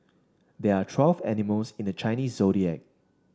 there are twelve animals in the Chinese Zodiac